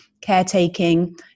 caretaking